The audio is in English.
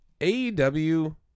AEW